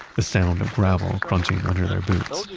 the sound of gravel crunching under their boots,